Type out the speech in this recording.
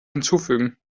hinzufügen